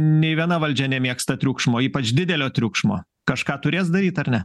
nei viena valdžia nemėgsta triukšmo ypač didelio triukšmo kažką turės daryt ar ne